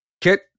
Kit